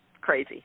crazy